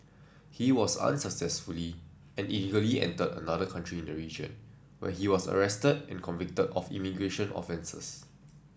he was unsuccessfully and illegally entered another country in the region where he was arrested and convicted of immigration offences